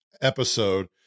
episode